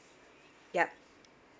ya